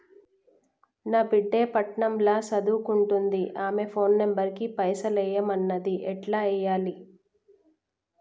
నా బిడ్డే పట్నం ల సదువుకుంటుంది ఆమె ఫోన్ నంబర్ కి పైసల్ ఎయ్యమన్నది ఎట్ల ఎయ్యాలి?